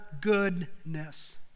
goodness